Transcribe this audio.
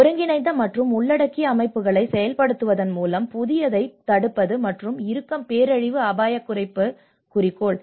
ஒருங்கிணைந்த மற்றும் உள்ளடக்கிய அமைப்புகளை செயல்படுத்துவதன் மூலம் புதியதைத் தடுப்பது மற்றும் இருக்கும் பேரழிவு அபாயத்தைக் குறைப்பது குறிக்கோள்